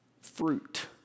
fruit